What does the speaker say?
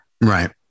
right